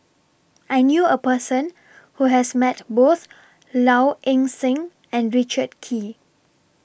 I knew A Person Who has Met Both Low Ing Sing and Richard Kee